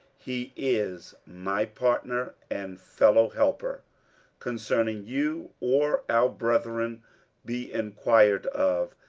he is my partner and fellowhelper concerning you or our brethren be enquired of,